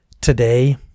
Today